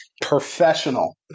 Professional